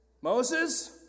Moses